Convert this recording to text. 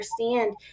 understand